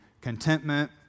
contentment